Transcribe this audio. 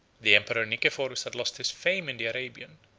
the emperor nicephorus had lost his fame in the arabian,